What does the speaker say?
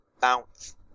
Bounce